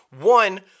One